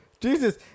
Jesus